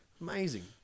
Amazing